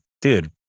dude